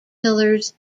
pillars